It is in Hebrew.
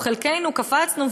או חלקנו קפצנו,